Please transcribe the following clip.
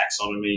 taxonomy